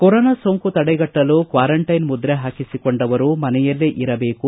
corona ಸೋಂಕು ತಡೆಗಟ್ಟಲು quarantine ಮುದ್ರೆ ಹಾಕಿಸಿಕೊಂಡವರು ಮನೆಯಲ್ಲೇ ಇರಬೇಕು